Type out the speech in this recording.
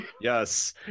yes